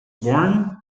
born